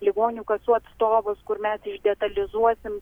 ligonių kasų atstovus kur mes išdetalizuosim